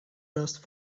dust